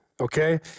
Okay